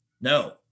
No